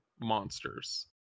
monsters